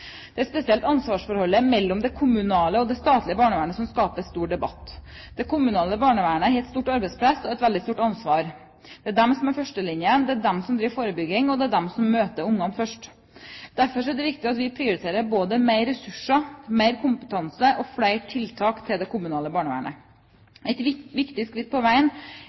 Det er spesielt ansvarsforholdet mellom det kommunale og det statlige barnevernet som skaper stor debatt. Det kommunale barnevernet har et stort arbeidspress og et veldig stort ansvar. Det er de som er førstelinjen, det er de som driver forebygging, og det er de som møter ungene først. Derfor er det viktig at vi prioriterer både mer ressurser, mer kompetanse og flere tiltak til det kommunale barnevernet. Et viktig skritt på veien